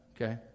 Okay